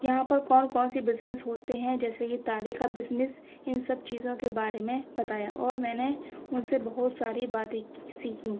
یہاں پر کون کون سی بزنس ہوتے ہیں جیسے کہ تالے کا بزنس اِن سب چیزوں کے بارے میں بتایا اور میں نے اُن سے بہت ساری باتیں سیکھی